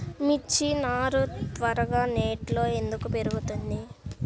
మిర్చి నారు త్వరగా నెట్లో ఎందుకు పెరుగుతుంది?